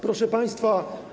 Proszę Państwa!